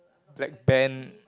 black band